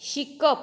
शिकप